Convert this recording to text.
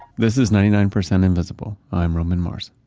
this is ninety nine percent invisible, i'm roman mars.